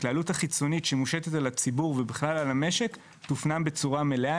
לעלות החיצונית שמושתת על הציבור ובכלל על המשק תופנם בצורה מלאה.